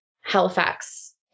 Halifax